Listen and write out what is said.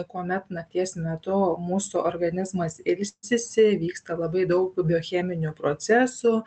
kuomet nakties metu mūsų organizmas ilsisi vyksta labai daug biocheminių procesų